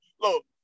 look